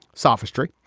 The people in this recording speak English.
sophistry.